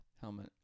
helmet